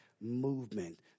movement